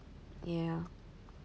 yeah